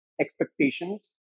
expectations